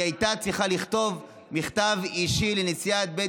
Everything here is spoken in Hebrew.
היא הייתה צריכה לכתוב מכתב אישי לנשיאת בית